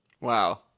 Wow